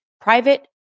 Private